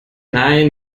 nein